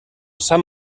sant